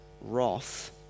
wrath